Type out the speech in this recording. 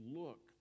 look